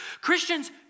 Christians